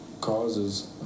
causes